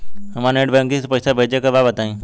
हमरा net banking से पईसा भेजे के बा बताई?